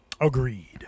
Agreed